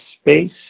space